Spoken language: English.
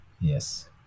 Yes